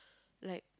like